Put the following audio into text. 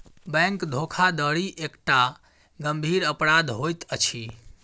bank धोखाधड़ी एकटा गंभीर अपराध होइत अछि